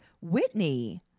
whitney